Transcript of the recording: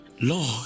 Lord